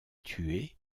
tuer